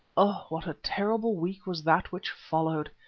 oh! what a terrible week was that which followed!